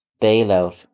bailout